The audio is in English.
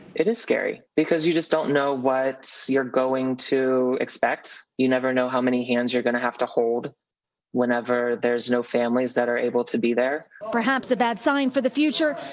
it is scary because you just don't know what so you're going to expect. you never know how many hands you're going to have to hold whenever there's no families that are able to be there. reporter perhaps a bad sign for the future,